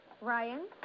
Ryan